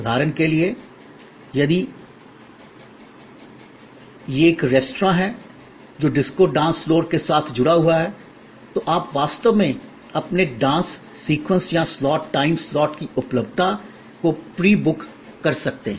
उदाहरण के लिए यदि यह एक रेस्तरां है जो डिस्को डांस फ्लोर के साथ जुड़ा हुआ है तो आप वास्तव में अपने डांस सीक्वेंस या स्लॉट टाइम स्लॉट की उपलब्धता को प्री बुक कर सकते हैं